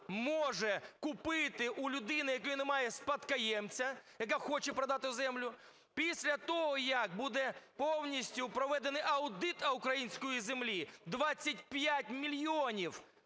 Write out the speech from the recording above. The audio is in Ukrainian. може купити в людини, в якої немає спадкоємця, яка хоче продати землю, після того, як буде повністю проведений аудит української землі. 25 мільйонів